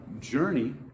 Journey